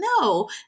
no